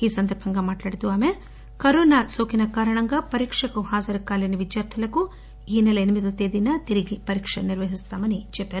ఈ సందర్బంగా మాట్లాడుతూ ఆమె కరోనా కారణంగా పరీక్షకు హాజరు కాలేని విద్యార్ధులకు ఈ సెల ఎనిమిదవ తేదీన తిరిగి పరీక్ష నిర్వహిస్తామని చెప్సారు